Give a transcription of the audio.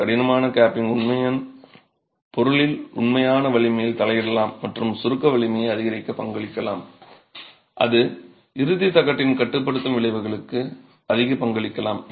ஒரு கடினமான கேப்பிங் உண்மையில் பொருளின் உண்மையான வலிமையில் தலையிடலாம் மற்றும் சுருக்க வலிமையை அதிகரிக்க பங்களிக்கலாம் அல்லது இறுதி தகட்டின் கட்டுப்படுத்தும் விளைவுகளுக்கு அதிக பங்களிக்கலாம்